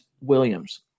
Williams